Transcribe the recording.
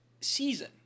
season